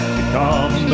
become